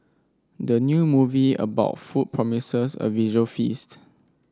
the new movie about food promises a visual feast